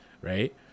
right